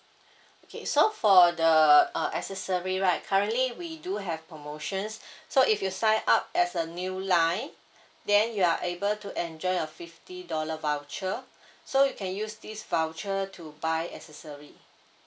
okay so for the uh accessory right currently we do have promotions so if you sign up as a new line then you are able to enjoy a fifty dollar voucher so you can use this voucher to buy accessory